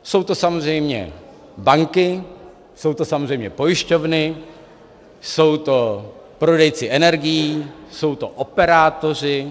Jsou to samozřejmě banky, jsou to samozřejmě pojišťovny, jsou to prodejci energií, jsou to operátoři.